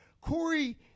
Corey